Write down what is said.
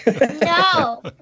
No